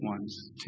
ones